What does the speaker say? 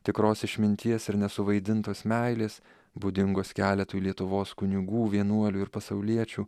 tikros išminties ir nesuvaidintos meilės būdingos keletui lietuvos kunigų vienuolių ir pasauliečių